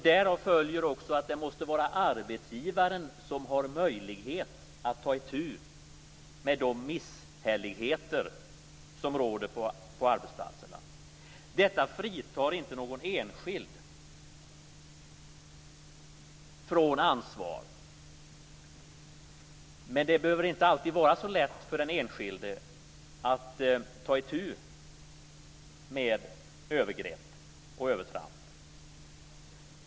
Därav följer också att det måste vara arbetsgivarna som har möjlighet att ta itu med de misshälligheter som råder på arbetsplatserna. Detta fritar inte någon enskild från ansvar, men det är inte alltid så lätt för den enskilde att ta itu med övergrepp och övertramp.